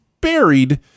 buried